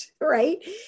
Right